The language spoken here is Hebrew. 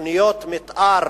תוכניות מיתאר